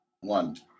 One